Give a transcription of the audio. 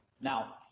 Now